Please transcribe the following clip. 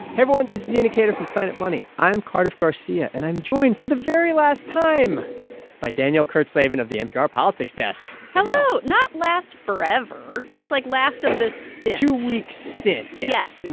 everyone. this is the indicator from planet money. i'm cardiff garcia, and i'm joined for the very last time by danielle kurtzleben of the npr politics desk. danielle. hello not last forever just, like, last of this stint two-week stint, yes. and